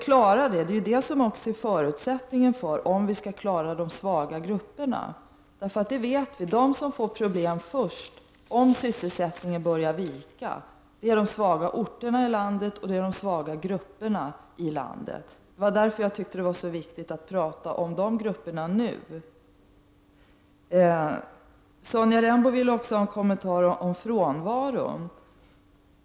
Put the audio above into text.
Detta är också en förutsättning för att vi skall kunna klara att lösa problemet med de svaga grupperna. Om sysselsättningen börjar vika vet vi att de som får problem först är de svaga orterna i landet och de svaga grupperna. Det är därför som jag tycker att det är viktigt att tala om de grupperna. Sonja Rembo ville ha en kommentar till frånvaron.